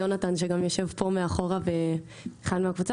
יונתן שגם יושב פה מאחורה והוא אחד מהקבוצה,